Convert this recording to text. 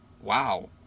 Wow